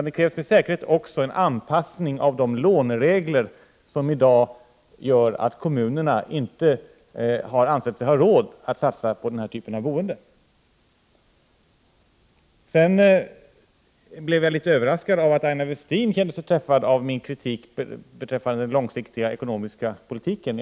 Det krävs med säkerhet också en anpassning av Ö låneregler som i dag gör att kommunerna inte ansett sig ha råd att satsa på denna typ av boende. Jag blev också överraskad av att Aina Westin kände sig träffad av mi kritik beträffande den långsiktiga ekonomiska politiken.